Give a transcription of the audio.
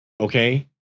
okay